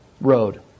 road